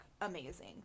amazing